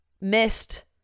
missed